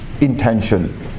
intention